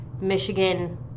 Michigan